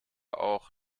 auch